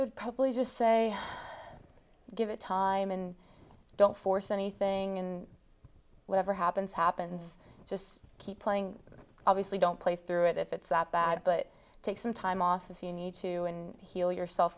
i would probably just say give it time and don't force anything whatever happens happens just keep playing obviously don't play through it if it's that bad but take some time off if you need to and heal yourself